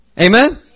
Amen